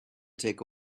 take